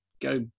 go